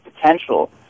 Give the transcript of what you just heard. potential